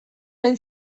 hain